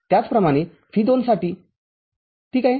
त्याचप्रमाणे V२ साठी ठीक आहे